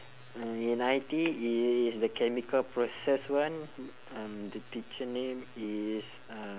uh in I_T_E is is the chemical process one um the teacher name is uh